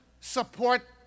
support